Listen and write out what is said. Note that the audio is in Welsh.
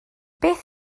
beth